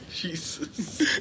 Jesus